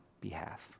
behalf